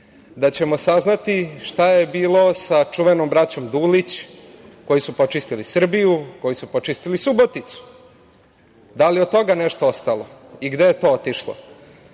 da ćemo saznati šta je bilo sa čuvenom braćom Dulić koji su počistili Srbiju, koji su počistili Suboticu. Da li je od toga nešto ostalo i gde je to otišlo? Da